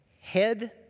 head